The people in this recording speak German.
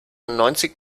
neunzig